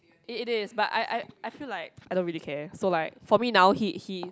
it is but I I I feel like I don't really care so like for me now he he